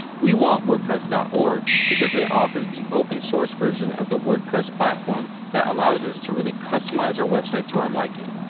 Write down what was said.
we want wordpress dot org because it offers the open source version of the wordpress platform that allows us to really customize our website to our liking.